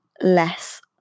less